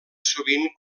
sovint